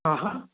हा हा